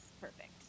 perfect